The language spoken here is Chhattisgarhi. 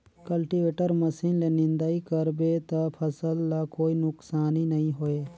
कल्टीवेटर मसीन ले निंदई कर बे त फसल ल कोई नुकसानी नई होये